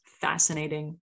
fascinating